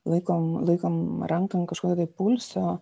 laikom laikom rankom kažkokio tai pulso